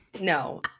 No